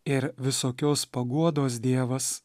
ir visokios paguodos dievas